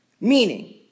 Meaning